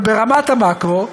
אבל ברמת המקרו,